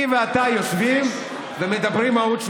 אני ואתה יושבים ומדברים מהות,